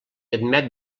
admet